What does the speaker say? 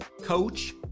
coach